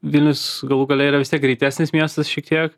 vilnius galų gale yra vis tiek greitesnis miestas šiek tiek